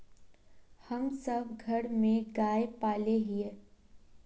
हम सब घर में गाय पाले हिये?